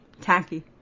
Tacky